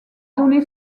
donné